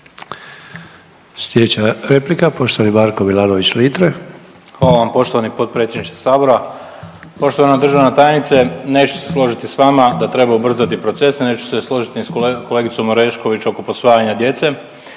Litre, Marko (Hrvatski suverenisti)** Hvala vam poštovani potpredsjedniče sabora. Poštovana državna tajnice, neću se složiti s vama da treba ubrzati procese, neću se složiti ni s kolegicom Orešković oko posvajanja djece